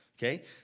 Okay